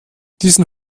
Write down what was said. diesen